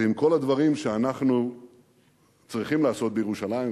ועם כל הדברים שאנחנו צריכים לעשות בירושלים,